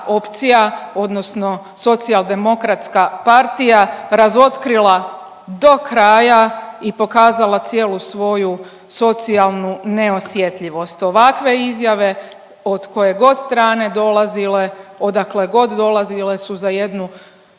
odnosno Socijaldemokratska partija razotkrila do kraja i pokazala cijelu svoju socijalnu neosjetljivost. Ovakve izjave od koje god strane dolazile, odakle god dolazile su za jednu